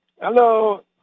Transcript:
Hello